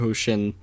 Ocean